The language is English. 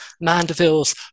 Mandeville's